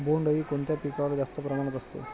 बोंडअळी कोणत्या पिकावर जास्त प्रमाणात असते?